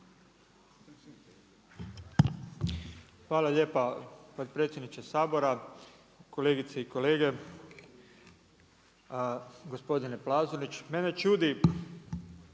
Hvala lijepa potpredsjedniče Sabora. Kolegice i kolege, gospodine Plazonić, mene čudi,